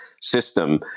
system